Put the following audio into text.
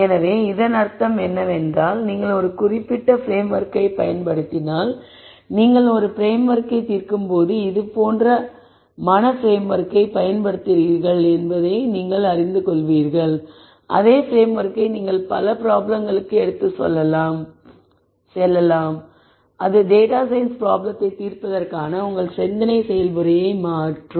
எனவே இதன் அர்த்தம் என்னவென்றால் நீங்கள் ஒரு குறிப்பிட்ட பிரேம்ஓர்க்கை பயன்படுத்தினால் நீங்கள் ஒரு ப்ராப்ளத்தை தீர்க்கும்போது இதுபோன்ற மன பிரேம்ஓர்க்கை பயன்படுத்துகிறீர்கள் என்பதை நீங்கள் அறிந்துகொள்வீர்கள் அதே பிரேம்ஓர்க்கை நீங்கள் பல ப்ராப்ளம்களுக்கு எடுத்துச் செல்லலாம் அது டேட்டா சயின்ஸ் ப்ராப்ளத்தை தீர்ப்பதற்கான உங்கள் சிந்தனை செயல்முறையாக மாறும்